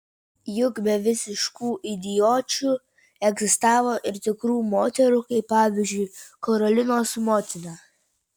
juk be visiškų idiočių egzistavo ir tikrų moterų kaip pavyzdžiui karolinos motina